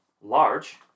large